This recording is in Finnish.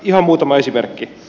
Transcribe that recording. ihan muutama esimerkki